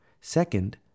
Second